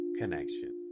connection